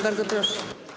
Bardzo proszę.